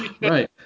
Right